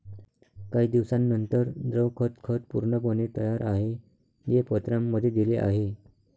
काही दिवसांनंतर, द्रव खत खत पूर्णपणे तयार आहे, जे पत्रांमध्ये दिले आहे